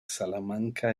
salamanca